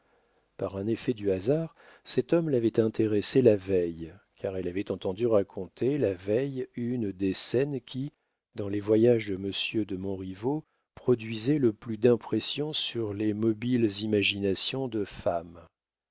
par un effet du hasard cet homme l'avait intéressée la veille car elle avait entendu raconter la veille une des scènes qui dans le voyage de monsieur de montriveau produisaient le plus d'impression sur les mobiles imaginations de femme